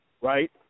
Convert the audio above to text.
right